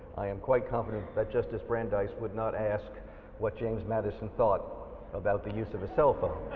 i am quite confident that justice brandeis would not ask what james madison thought about the use of a cell phone.